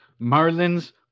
Marlins